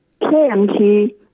KMT